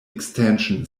extension